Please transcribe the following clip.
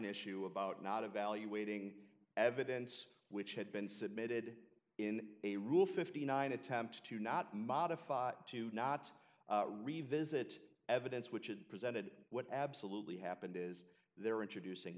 issue about not evaluating evidence which had been submitted in a rule fifty nine attempt to not modify to not revisit evidence which it presented what absolutely happened is they're introducing